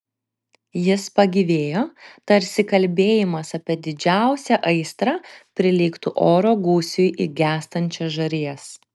jis pagyvėjo tarsi kalbėjimas apie didžiausią aistrą prilygtų oro gūsiui į gęstančias žarijas